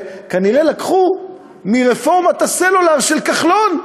כנראה לקחו מרפורמת הסלולר של כחלון,